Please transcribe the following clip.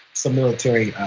some military,